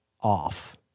off